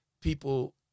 people